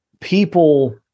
people